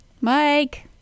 Mike